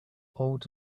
old